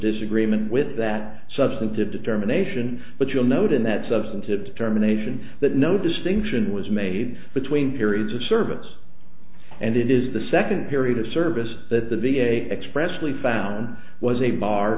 disagreement with that substantive determination but you'll note in that substantive determination that no distinction was made between periods of service and it is the second period of service that the v a expressly found was a mar